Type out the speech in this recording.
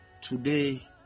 Today